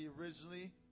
originally